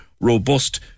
robust